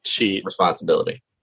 responsibility